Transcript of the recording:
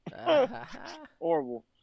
Horrible